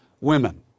women